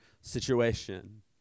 situation